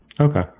Okay